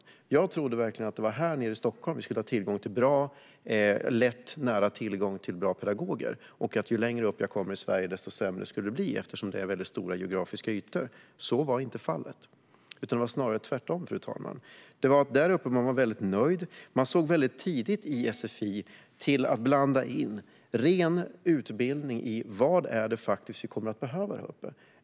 Jag trodde verkligen att det var här nere i Stockholm som vi skulle ha tillgång till bra pedagoger och att ju längre upp i Sverige man kommer, desto sämre skulle det bli, eftersom det är mycket stora geografiska ytor. Så var inte fallet, utan det var snarare tvärtom. Där uppe var man mycket nöjd. Man såg till att mycket tidigt i sfi-utbildningen blanda in utbildning i vad som kommer att behövas.